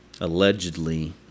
allegedly